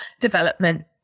development